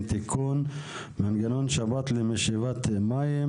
(תיקון) (מנגנון שבת למשאבת מים),